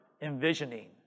envisioning